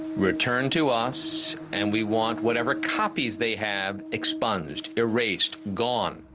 returned to us and we want whatever copies they have expunged, erased, gone.